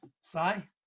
Sai